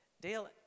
Dale